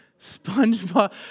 SpongeBob